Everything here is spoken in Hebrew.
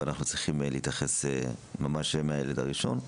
ואנחנו צריכים להתייחס ממש מהילד הראשון.